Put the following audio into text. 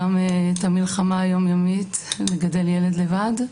גם את המלחמה היום-יומית של לגדל ילד לבד,